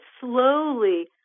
slowly